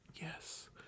Yes